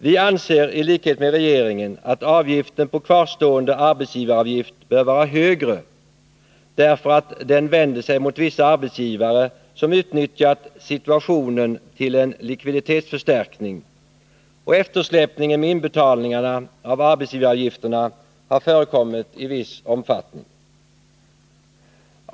Vi anser i likhet med regeringen att avgiften på kvarstående arbetsgivaravgift bör vara högre därför att den vänder sig mot vissa arbetsgivare som utnyttjat situationen till en likviditetsförstärkning och att eftersläpningen med .inbetalningarna av arbetsgivaravgifterna har förekommit i viss omfattning.